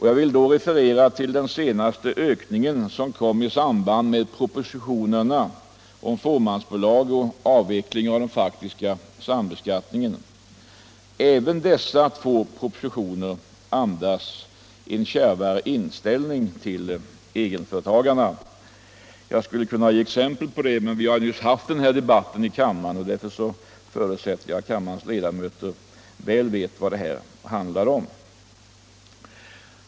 Jag vill då referera till den senaste ökningen, som kom i samband med propositionerna om fåmansbolag och avveckling av den faktiska sambeskattningen. Även dessa två propositioner andas en kärvare inställning till egenföretagarna. Jag skulle kunna ge exempel på det, men vi har ju nyss fört den debatten i kammaren, varför jag förutsätter att kammarens ledamöter väl vet vad det handlar om.